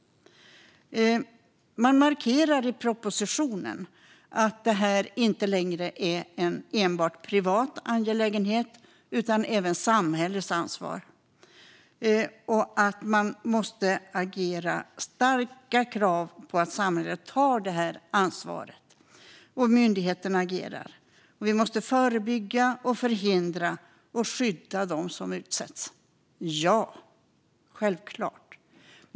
I propositionen markeras det av att denna fråga inte längre enbart är en privat angelägenhet utan även är samhällets ansvar. Det finns starka krav på att samhället tar ansvaret, det vill säga att myndigheterna agerar. Vi måste förebygga, förhindra och skydda dem som utsätts - ja, självklart!